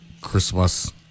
Christmas